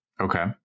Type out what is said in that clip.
Okay